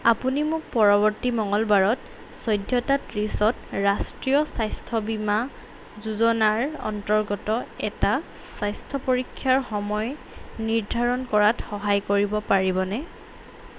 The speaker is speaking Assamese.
আপুনি মোক পৰৱৰ্তী মঙলবাৰত চৌধ্যটা ত্ৰিছত ৰাষ্ট্ৰীয় স্বাস্থ্য বীমা যোজনাৰ অন্তৰ্গত এটা স্বাস্থ্য পৰীক্ষাৰ সময় নিৰ্ধাৰণ কৰাত সহায় কৰিব পাৰিবনে